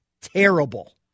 terrible